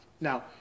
Now